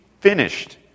finished